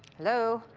hello?